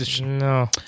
No